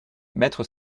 maître